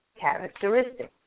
characteristics